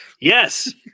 Yes